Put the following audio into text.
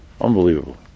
Unbelievable